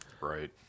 Right